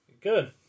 Good